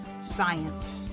science